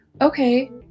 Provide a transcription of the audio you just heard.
okay